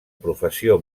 professió